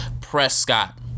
Prescott